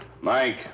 Mike